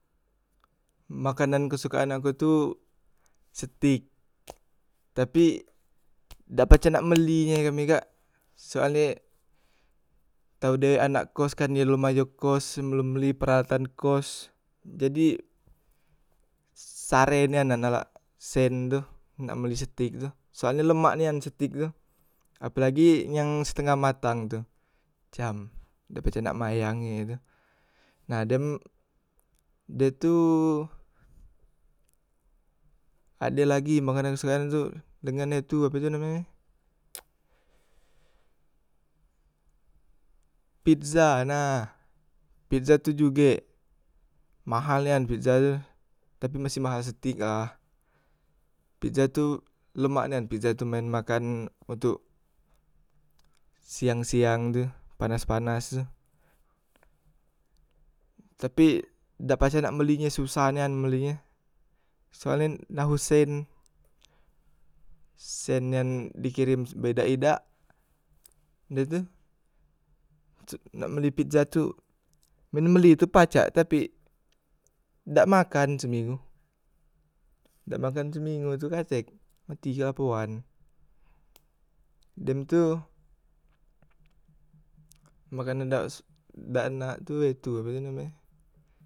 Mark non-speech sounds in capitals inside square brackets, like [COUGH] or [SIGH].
Makanan kesukaan aku tu setik, tapi dak pacak nak beli nye kami kak, soalnye tau dewek anak kos kan, ye lom bayo kos, ye lom beli peralatan kos, jadi ssare nian nak nalak sen tu, nak beli setik tu, soalnye lemak nian setik tu apelagi yang setangah matang tu cam dak pacak nak mbayang e he tu, na dem de tu, ade lagi makanan sekarang tu dengan he tu ape tu namenye [NOISE] pizza nah, pizza tu jugek mahal nian pizza tu, tapi masih mahal setik lah pizza tu lemak nian pizza tu men makan untok siang- siang tu panas- panas tu, tapi dak pacak nak beli nye susah nian nak beli nye, soalnye naho sen, sen yang di kerem be sedak idak, de tu nak beli pizza tu, men beli tu pacak tapi dak makan semingu, dak makan semingu tu katek mati kelapoan, dem tu makanan dak s dak nak tu he tu ape namenye.